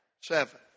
seven